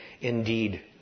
indeed